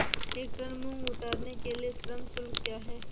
एक टन मूंग उतारने के लिए श्रम शुल्क क्या है?